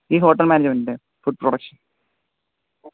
ഈ ഹോട്ടൽ മാനേജ്മെന്റിന്റെ food production